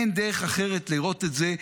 אין דרך אחרת לראות את זה.